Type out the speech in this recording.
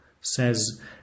says